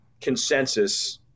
consensus